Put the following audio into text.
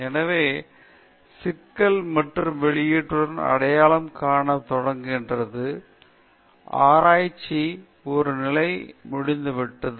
எனவே சிக்கல் மற்றும் வெளியீட்டுடன் அடையாளம் காண தொடங்குகிறது ஆராய்ச்சி ஒரு நிலை முடிந்துவிட்டது